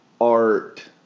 art